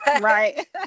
Right